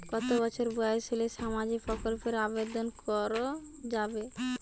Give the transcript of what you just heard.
কত বছর বয়স হলে সামাজিক প্রকল্পর আবেদন করযাবে?